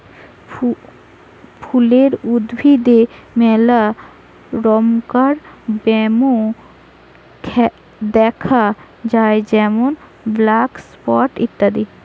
ফুলের উদ্ভিদে মেলা রমকার ব্যামো দ্যাখা যায় যেমন ব্ল্যাক স্পট ইত্যাদি